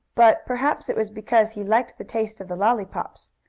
but perhaps it was because he liked the taste of the lollypops.